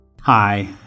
Hi